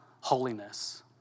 holiness